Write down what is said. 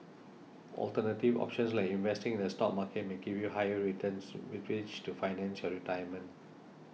alternative options like investing in the stock market may give you higher returns with which to finance your retirement